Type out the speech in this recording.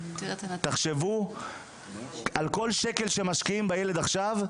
תחשבו על כל שקל שמשקיעים בילד עכשיו,